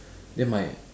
then my